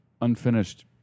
unfinished